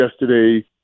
yesterday